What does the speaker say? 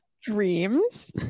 dreams